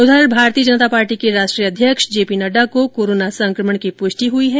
उधर भारतीय जनता पार्टी के राष्ट्रीय अध्यक्ष जे पी नड्डा को कोरोना संकमण की पुष्टि हुई है